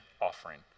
offering